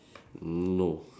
no